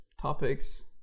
topics